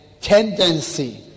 tendency